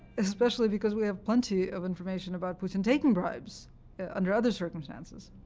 especially because we have plenty of information about putin taking bribes under other circumstances.